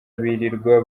birirwa